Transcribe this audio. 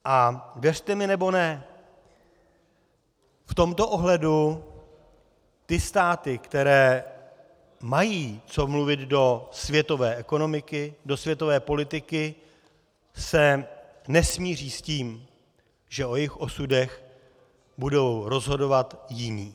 A věřte mi nebo ne, v tomto ohledu ty státy, které mají co mluvit do světové ekonomiky, do světové politiky, se nesmíří s tím, že o jejich osudech budou rozhodovat jiní.